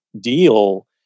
deal